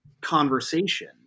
conversation